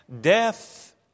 Death